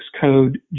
code